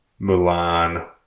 Mulan